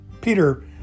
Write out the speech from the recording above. Peter